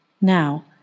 Now